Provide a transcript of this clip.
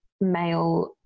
male